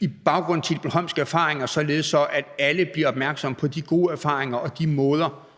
i baggrunden for de bornholmske erfaringer, således at alle bliver opmærksomme på de gode erfaringer og de måder,